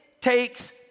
takes